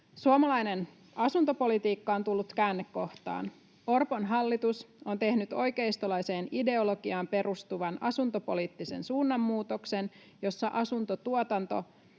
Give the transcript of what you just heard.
Suomalainen asuntopolitiikka on tullut käännekohtaan. Orpon hallitus on tehnyt oikeistolaiseen ideologiaan perustuvan asuntopoliittisen suunnanmuutoksen, jossa asuntotuotanto